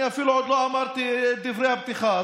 אני אפילו עוד לא אמרתי את דברי הפתיחה,